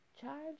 charge